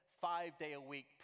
five-day-a-week